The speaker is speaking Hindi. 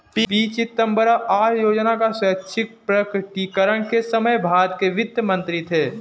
पी चिदंबरम आय योजना का स्वैच्छिक प्रकटीकरण के समय भारत के वित्त मंत्री थे